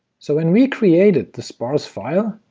so when we created the sparse file,